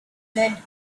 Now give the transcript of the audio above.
lead